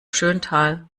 schöntal